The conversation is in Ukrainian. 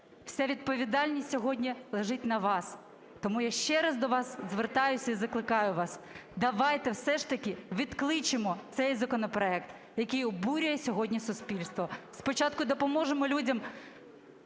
Вся відповідальність сьогодні лежить на вас. Тому я ще раз до вас звертаюсь і закликаю вас: давайте все ж таки відкличемо цей законопроект, який обурює сьогодні суспільство. Спочатку допоможемо людям…